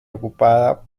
ocupada